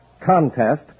Contest